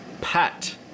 pat